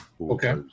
Okay